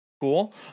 cool